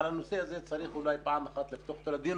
על הנושא הזה צריך אולי פעם אחת לפתוח אותו לדיון,